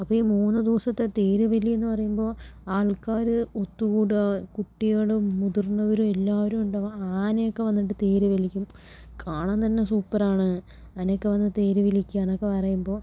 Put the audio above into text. അപ്പോൾ ഈ മൂന്ന് ദിവസത്തെ തേരുവലി എന്നു പറയുമ്പോൾ ആൾക്കാര് ഒത്തുകൂടുക കുട്ടികളും മുതിർന്നവരും എല്ലാവരും ഉണ്ടാവും ആനയൊക്കെ വന്നിട്ട് തേര് വലിക്കും കാണാൻ തന്നെ സൂപ്പർ ആണ് ആനയൊക്കെ വന്ന് തേര് വലിക്കുക എന്നൊക്കെ പറയുമ്പോൾ